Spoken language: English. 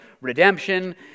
redemption